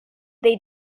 they